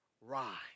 rise